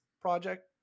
project